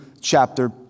chapter